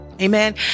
Amen